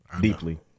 deeply